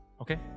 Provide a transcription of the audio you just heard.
okay